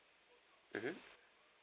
mmhmm